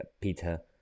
Peter